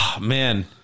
Man